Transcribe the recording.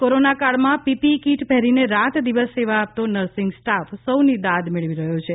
કોરોનાકાળ માં PPE kit પહેરીને રાતદિવસ સેવા આપતો નર્સિંગ સ્ટાફ સૌ ની દાદ મેળવી રહ્યો છે